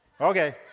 okay